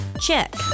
check